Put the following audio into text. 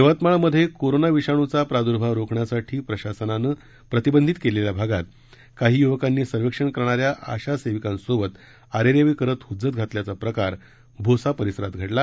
यवतमाळमध्ये कोरोना विषाणूचा प्रार्द्भाव रोखण्यासाठी प्रशासनानं प्रतिबंधित केलेल्या भागात काही युवकांनी सर्वेक्षण करणाऱ्या आशा सेविकांसोबत अरेरावी करत हुज्जत घातल्याचा प्रकार भोसा परिसरात घडला